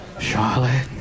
Charlotte